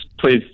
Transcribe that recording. please